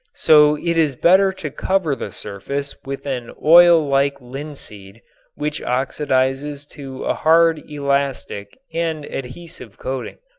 so it is better to cover the surface with an oil-like linseed which oxidizes to a hard elastic and adhesive coating.